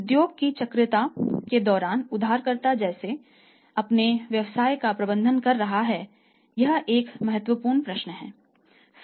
उद्योग की चक्रियता के दौरान उधारकर्ता कैसे अपने व्यवसाय का प्रबंधन कर रहा है यह एक महत्वपूर्ण प्रश्न है